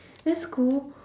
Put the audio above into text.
that's cool